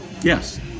Yes